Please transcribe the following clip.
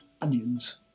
onions